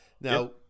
now